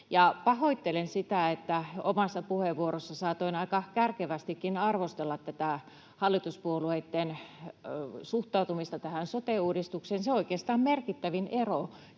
Pahoittelen sitä, että omassa puheenvuorossani saatoin aika kärkevästikin arvostella tätä hallituspuolueitten suhtautumista tähän sote-uudistukseen. Suhtautuminen